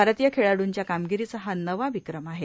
भारतीय खेळाडूंच्या कामगिरीचा हा नवा विक्रम आहे